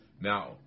Now